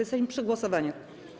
Jesteśmy przy głosowaniach.